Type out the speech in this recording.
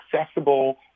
accessible